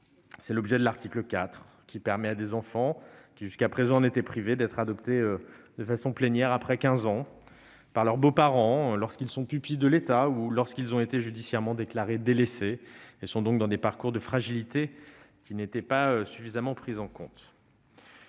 bien l'objet de l'article 4 : permettre à des enfants qui étaient privés jusqu'à présent d'une telle possibilité d'être adoptés de manière plénière après 15 ans par leurs beaux-parents, lorsqu'ils sont pupilles de l'État ou lorsqu'ils ont été judiciairement déclarés délaissés et sont donc dans des parcours de fragilité qui n'étaient pas suffisamment pris en compte.